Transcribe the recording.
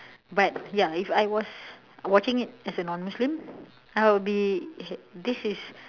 but ya if I was watching it as a non muslim I would be this is